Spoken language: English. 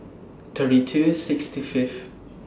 thirty two sixty Fifth